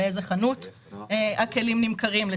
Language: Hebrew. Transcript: באיזו חנות נמכרים הכלים ועוד.